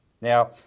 Now